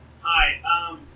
Hi